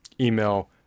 Email